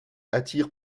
attirent